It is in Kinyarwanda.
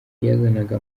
yazanaga